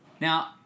Now